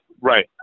Right